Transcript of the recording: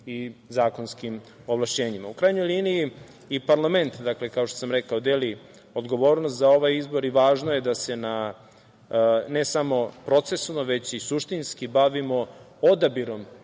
i zakonskim ovlašćenjima.U krajnjoj liniji, i parlament, kao što sam rekao, deli odgovornost za ovaj izbor i važno je da se na ne samo procesno već i suštinski bavimo odabirom